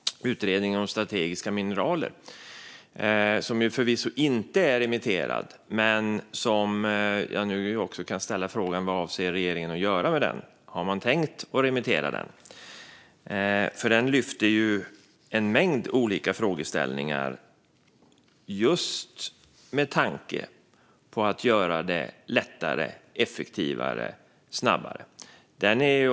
Utredningen om strategiska mineral är förvisso inte remitterad, men jag kan nu ställa frågan vad regeringen avser att göra med den. Har man tänkt att remittera den? Den lyfter nämligen en mängd olika frågeställningar just med tanke på att göra det lättare, effektivare och snabbare.